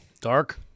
Dark